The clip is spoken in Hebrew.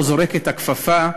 או זורק את הכפפה,